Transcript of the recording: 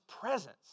presence